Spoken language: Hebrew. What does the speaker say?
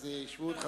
ואז ישמעו אותך,